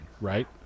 right